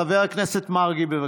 חבר הכנסת מרגי, בבקשה.